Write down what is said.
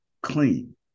clean